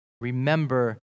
Remember